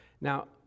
Now